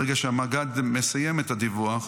ברגע שהמג"ד מסיים את הדיווח,